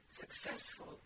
successful